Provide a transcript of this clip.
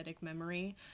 memory